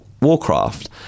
Warcraft